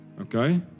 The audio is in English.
Okay